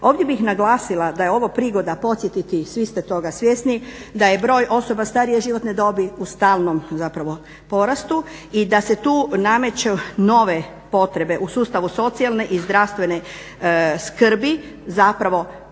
Ovdje bih naglasila da je ovo prigoda podsjetiti, svi ste toga svjesni, da je broj osoba starije životne dobi u stalnom zapravo porastu i da se tu nameću nove potrebe u sustavu socijalne i zdravstvene skrbi zapravo potreba